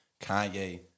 Kanye